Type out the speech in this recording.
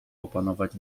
opanować